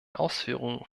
ausführungen